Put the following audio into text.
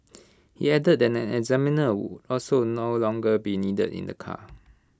he added that an examiner would also no longer be needed in the car